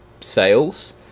sales